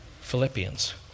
Philippians